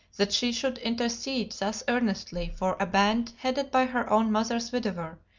that she should intercede thus earnestly for a band headed by her own mother's widower,